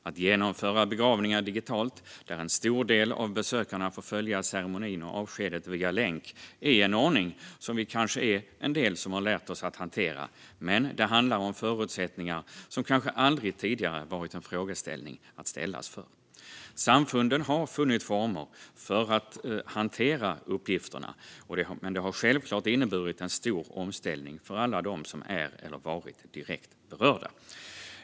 Att genomföra begravningar digitalt, där en stor del av besökarna får följa ceremonin och avskedet via länk, är en ordning som en del av oss kanske har lärt oss att hantera. Men det handlar om förutsättningar, och det är en fråga som man kanske aldrig tidigare har ställts inför. Samfunden har funnit former för att hantera uppgifterna, men det har självklart inneburit en stor omställning för alla dem som är eller varit direkt berörda.